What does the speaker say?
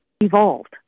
evolved